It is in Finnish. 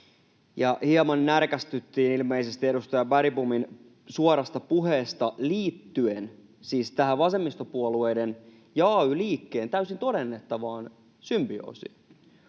hieman närkästyttiin ilmeisesti edustaja Bergbomin suorasta puheesta liittyen siis tähän vasemmistopuolueiden ja ay-liikkeen täysin todennettavaan symbioosiin.